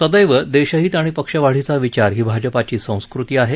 सदैव देशहित आणि पक्ष वाढीचा विचार ही भाजपाची संस्कृती आहे